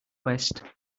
west